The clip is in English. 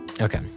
Okay